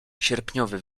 sierpniowy